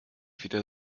wieder